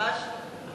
ממש לא.